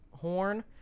horn